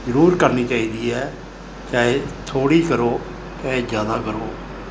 ਜ਼ਰੂਰ ਕਰਨੀ ਚਾਹੀਦੀ ਹੈ ਚਾਹੇ ਥੋੜ੍ਹੀ ਕਰੋ ਚਾਹੇ ਜ਼ਿਆਦਾ ਕਰੋ